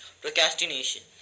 Procrastination